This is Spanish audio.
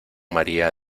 maría